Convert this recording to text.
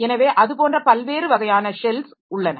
எனவே அது போன்ற பல்வேறு வகையான ஷெல்ஸ் உள்ளன